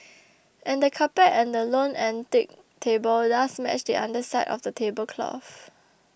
and the carpet and the lone antique table does match the underside of the tablecloth